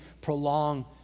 prolong